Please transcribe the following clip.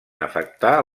afectar